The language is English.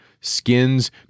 skins